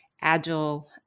agile